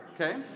okay